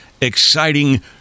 exciting